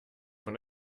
von